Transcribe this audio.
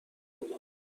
حادیه